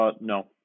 no